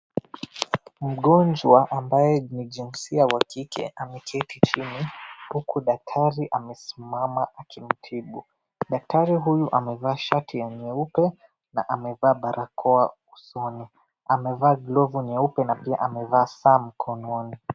Mgonjwa amabye ni jinsia wa kike ameketi chini huku daktari amesimama akimtibu daktari huyu amevaa shati ya nyeupe na amevaa barakoa usoni amevaa glovu nyeupe na pia amevaa saa mkononi.